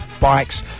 bikes